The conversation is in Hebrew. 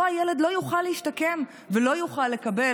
אותו הילד לא יוכל להשתקם ולא יוכל לקבל